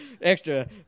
extra